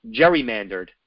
gerrymandered